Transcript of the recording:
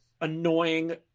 annoying